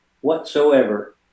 whatsoever